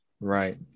right